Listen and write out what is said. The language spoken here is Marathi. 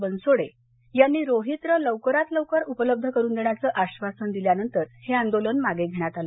बनसोडे यांनी रोहित्र लवकरात लवकर उपलब्ध करून देण्याचं आश्वासन दिल्यानंतर हे आंदोलन मागे घेण्यात आलं